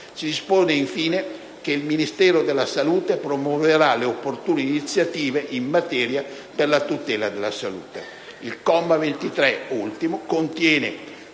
Si dispone, infine, che il Ministero della salute promuoverà le opportune iniziative in materia per la tutela della salute.